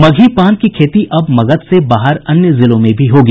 मगही पान की खेती अब मगध से बाहर अन्य जिलों में भी होगी